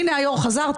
הינה, היו"ר חזר.